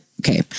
okay